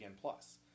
Plus